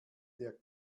der